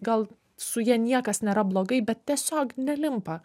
gal su ja niekas nėra blogai bet tiesiog nelimpa